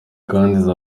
kandi